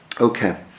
Okay